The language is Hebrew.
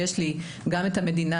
עצם העובדה שיש לי גם את המדינה,